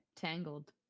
tangled